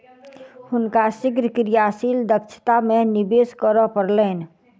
हुनका शीघ्र क्रियाशील दक्षता में निवेश करअ पड़लैन